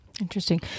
Interesting